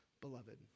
beloved